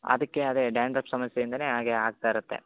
ಅದಕ್ಕೆ ಅದೇ ಡ್ಯಾಂಡ್ರಪ್ ಸಮಸ್ಯೆಯಿಂದನೆ ಹಾಗೆ ಆಗ್ತ ಇರುತ್ತೆ